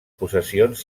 possessions